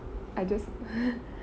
I just